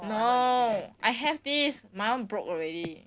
oh I have this my one broke already